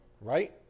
Right